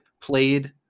played